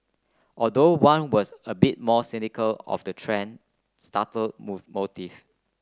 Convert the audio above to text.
although one was a bit more cynical of the thread starter motive